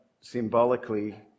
symbolically